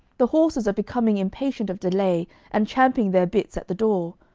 the horses are becoming impatient of delay and champing their bits at the door.